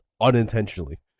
unintentionally